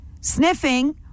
sniffing